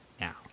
now